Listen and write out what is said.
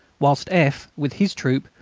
whilst f, with his troop,